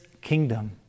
kingdom